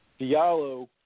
Diallo